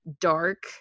dark